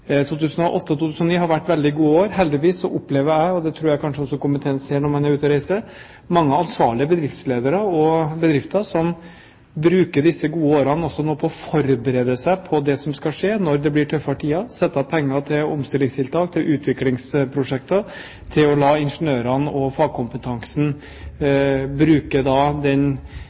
2008 og 2009 har vært veldig gode år. Heldigvis opplever jeg – og det tror jeg kanskje komiteen også ser når den er ute og reiser – mange ansvarlige bedriftsledere og bedrifter som bruker disse gode årene til å forberede seg på det som skal skje når det blir tøffere tider, setter av penger til omstillingstiltak, til utviklingsprosjekter, til å la ingeniørene og fagkompetansen bruke kapasitetsnedgangen og den tiden man da